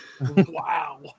wow